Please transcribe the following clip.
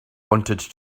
wanted